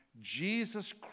Jesus